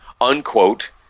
unquote